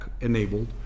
enabled